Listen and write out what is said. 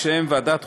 בשם ועדת החוקה,